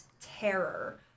terror